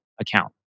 account